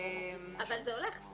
אבל זה הולך.